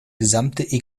gesamte